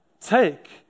take